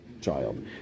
child